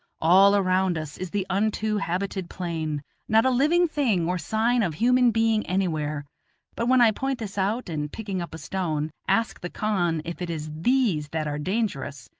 all around us is the unto-habited plain not a living thing or sign of human being anywhere but when i point this out, and picking up a stone, ask the khan if it is these that are dangerous,